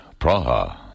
Praha